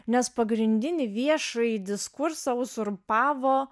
nes pagrindinį viešąjį diskursą uzurpavo